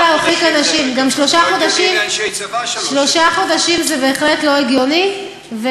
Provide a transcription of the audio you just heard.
שלוש שנים זה לא הגיוני,